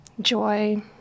Joy